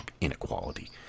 inequality